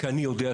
כי אני יודע,